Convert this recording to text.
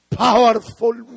powerful